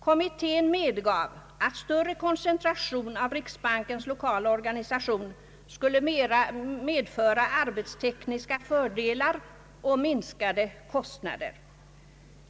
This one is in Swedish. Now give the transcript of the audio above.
Kommittén medgav att större koncentration av riksbankens lokala organisation skulle medföra arbetstekniska fördelar och minskade kostnader.